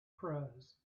prayers